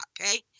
Okay